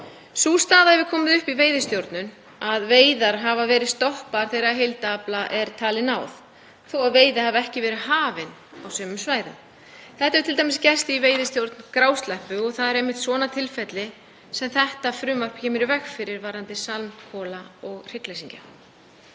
Sú staða hefur komið upp í veiðistjórn að veiðar hafa verið stoppaðar þegar heildarafla er talið náð, þó að veiði hafi ekki verið hafin á sumum svæðum. Þetta hefur t.d. gerst í veiðistjórn grásleppu, og það eru einmitt svona tilfelli sem þetta frumvarp kemur í veg fyrir varðandi sandkola og hryggleysingja.